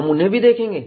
हम उन्हें भी देखेंगे